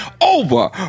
over